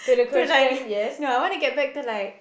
to like no I want to get back to like